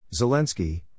Zelensky